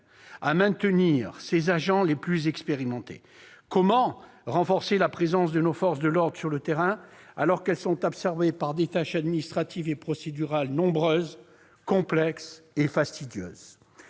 y maintenir ses agents les plus expérimentés ? Comment renforcer la présence de nos forces de l'ordre sur le terrain alors qu'elles sont absorbées par des tâches administratives et procédurales nombreuses, complexes et fastidieuses ?